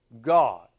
god